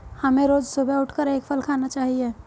हमें रोज सुबह उठकर एक फल खाना चाहिए